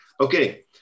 Okay